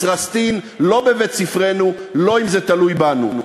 ישראסטין, לא בבית-ספרנו, לא אם זה תלוי בנו.